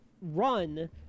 run